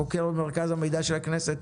חוקר במרכז המידע של הכנסת,